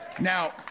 Now